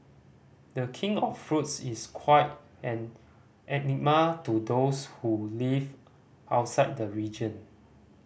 The King of Fruits is quite an enigma to those who live outside the region